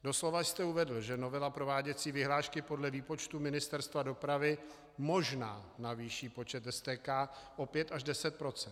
Doslova jste uvedl, že novela prováděcí vyhlášky podle výpočtu Ministerstva dopravy možná navýší počet STK o pět až deset procent.